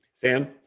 sam